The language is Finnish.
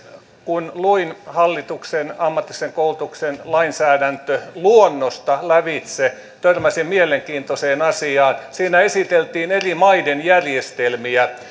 kun luin hallituksen ammatillisen koulutuksen lainsäädäntöluonnosta lävitse törmäsin mielenkiintoiseen asiaan siinä esiteltiin eri maiden järjestelmiä ja